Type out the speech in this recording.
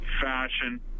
fashion